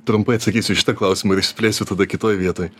trumpai atsakysiu į šitą klausimą ir išsiplėsiu tada kitoj vietoj